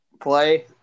play